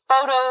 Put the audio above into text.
photo